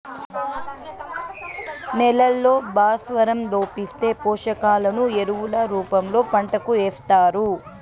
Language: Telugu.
నేలల్లో భాస్వరం లోపిస్తే, పోషకాలను ఎరువుల రూపంలో పంటకు ఏస్తారు